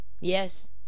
Yes